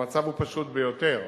המצב הוא פשוט ביותר,